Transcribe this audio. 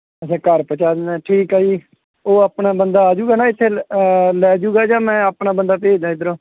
ਅੱਛਾ ਘਰ ਪਹੁੰਚਾ ਦਿੰਦਾ ਠੀਕ ਆ ਜੀ ਉਹ ਆਪਣਾ ਬੰਦਾ ਆ ਜਾਊਗਾ ਨਾ ਇੱਥੇ ਲ ਅ ਲੈ ਜਾਊਗਾ ਜਾਂ ਮੈਂ ਆਪਣਾ ਬੰਦਾ ਭੇਜ ਦੇਵਾਂ ਇੱਧਰੋਂ